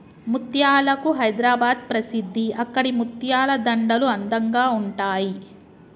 ముత్యాలకు హైదరాబాద్ ప్రసిద్ధి అక్కడి ముత్యాల దండలు అందంగా ఉంటాయి